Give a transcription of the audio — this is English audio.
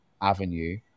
avenue